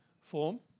form